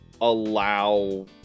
allow